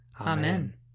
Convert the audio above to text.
Amen